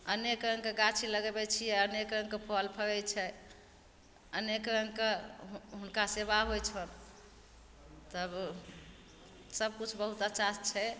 अनेक रङ्गके गाछी लगबै छिए अनेक रङ्गके फल फड़ै छै अनेक रङ्गके हुनका सेवा होइ छनि तब सबकिछु बहुत अच्छासे छै